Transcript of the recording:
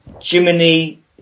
Jiminy